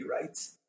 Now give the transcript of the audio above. rights